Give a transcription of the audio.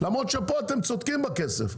למרות שפה אתם צודקים בכסף,